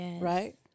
Right